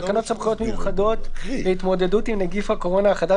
"תקנות סמכויות מיוחדות להתמודדות עם נגיף הקורונה החדש